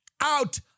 Out